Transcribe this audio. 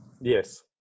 Yes